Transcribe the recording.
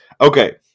Okay